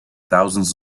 thousands